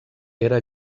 era